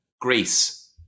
Greece